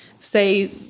say